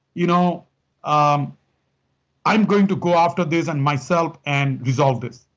you know um i'm going to go after this and myself, and resolve this.